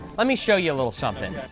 let me show you a little something.